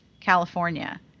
California